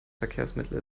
verkehrsmittel